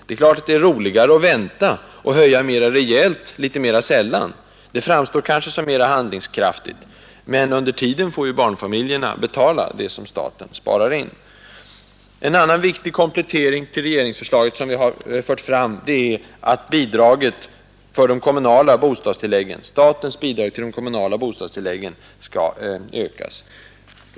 Det är klart att det är roligare att vänta och höja rejälare litet mera sällan; det framstår kanske som mera handlingskraftigt. Men under tiden får ju barnfamiljerna betala det som staten sparar in. En annan viktig komplettering till regeringsförslaget som vi har fört fram är att statens bidrag till de kommunala bostadstilläggen skall ökas.